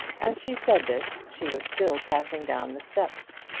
as she said this she was still passing down the steps.